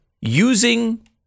using